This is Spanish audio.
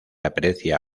aprecia